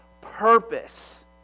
purpose